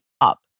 up